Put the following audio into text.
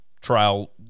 trial